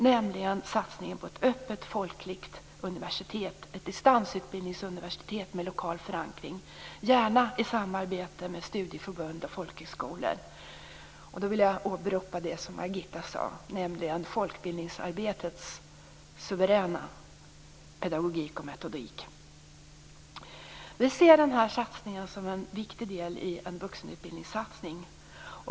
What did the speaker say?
Det gäller satsningen på ett öppet folkligt universitet, ett distansutbildningsuniversitet med lokal förankring, gärna i samarbete med studieförbund och folkhögskolor. Jag vill här åberopa det som Margitta Edgren sade, nämligen folkbildningsarbetets suveräna pedagogik och metodik. Vi ser den satsningen som en viktig del i en vuxenutbildningssatsning.